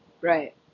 Right